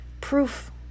proof